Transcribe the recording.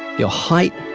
your height,